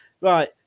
Right